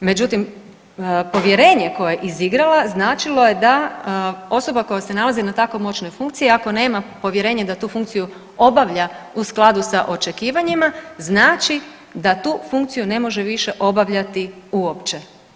Međutim, povjerenje koje je izigrala značilo je da osoba koja se nalazi na tako moćnoj funkciji, ako nema povjerenje da tu funkciju obavlja u skladu sa očekivanjima, znači da tu funkciju više ne može obavljati uopće.